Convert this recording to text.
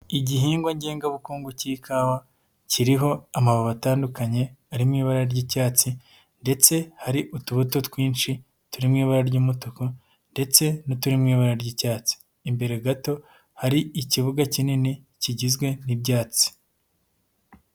Igihingwa ngengabukungu k'ikawa kiriho amababi atandukanye arimo ibara ry'icyatsi ndetse hari utubuto twinshi turimo ibara ry'umutuku, ndetse n'uturi mu ibara ry'icyatsi imbere gato hari ikibuga kinini kigizwe n'ibyatsi.